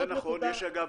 זה נכון, יש, אגב,